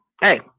hey